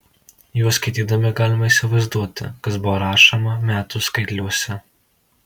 juos skaitydami galime įsivaizduoti kas buvo rašoma metų skaitliuose